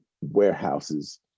warehouses